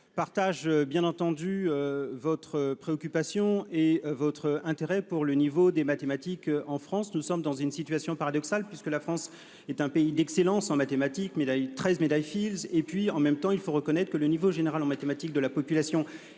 partage bien entendu votre préoccupation et votre intérêt pour le niveau des mathématiques en France. Nous sommes dans une situation paradoxale : la France est un pays d'excellence en mathématiques- 13 médailles Fields -et, dans le même temps, il faut bien reconnaître que le niveau général de la population,